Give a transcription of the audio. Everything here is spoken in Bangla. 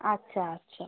আচ্ছা আচ্ছা